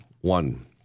one